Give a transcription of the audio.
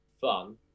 fun